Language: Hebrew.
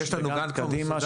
יש לנו גאנט קדימה,